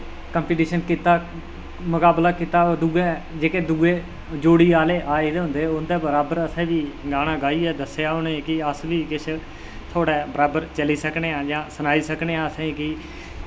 competition कीता मकावला कीता दुए जेह्के दुए जोड़ी आह्ले आए दे होंदे उं'दै बराबर असें बी गाना गाइयै दस्सेआ उ'नें गी कि अस बी किश तुआढ़ै बराबर चली सकने आं जां सनाई सकनेआं अस कि